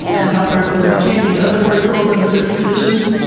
and how particles can change in to other particles under certain conditions.